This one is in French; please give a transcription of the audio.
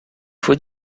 faut